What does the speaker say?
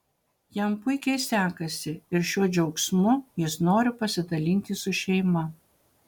jam puikiai sekasi ir šiuo džiaugsmu jis nori pasidalinti su šeima